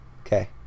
Okay